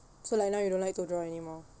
so like now you don't like to draw anymore